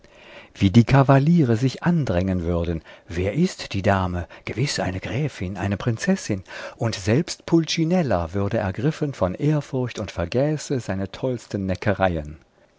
wie die kavaliere sich hinandrängen würden wer ist die dame gewiß eine gräfin eine prinzessin und selbst pulcinella würde ergriffen von ehrfurcht und vergäße seine tollsten neckereien